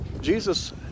Jesus